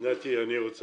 נתי, אני לא יודע